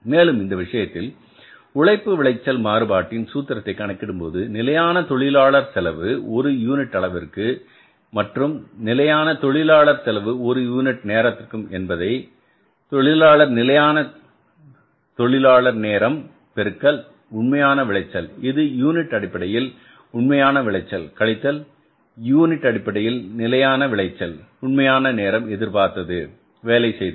மேலும் இந்த விஷயத்தில் உழைப்பு விளைச்சல் மாறுபாட்டின் சூத்திரத்தை கணக்கிடும்போது நிலையான தொழிலாளர் செலவு ஒரு யூனிட் அளவிற்கு மற்றும் நிலையான தொழிலாளர் செலவு ஒரு யூனிட் நேரத்திற்கும் என்பதை தொழிலாளர் நிலையான தொழிலாளர் நேரம் பெருக்கல் உண்மையான விளைச்சல் இது யூனிட் அடிப்படையில் உண்மையான விளைச்சல் கழித்தல் யூனிட் அடிப்படையில் நிலையான விளைச்சல் உண்மையான நேரம் எதிர்பார்த்து வேலை செய்தது